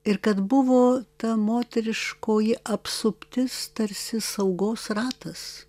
ir kad buvo ta moteriškoji apsuptis tarsi saugos ratas